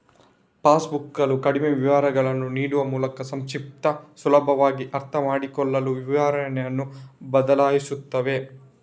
pass ಬುಕ್ಕುಗಳು ಕಡಿಮೆ ವಿವರಗಳನ್ನು ನೀಡುವ ಮೂಲಕ ಸಂಕ್ಷಿಪ್ತ, ಸುಲಭವಾಗಿ ಅರ್ಥಮಾಡಿಕೊಳ್ಳಲು ವಿವರಣೆಯನ್ನು ಬದಲಾಯಿಸುತ್ತವೆ